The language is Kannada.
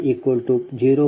2 j1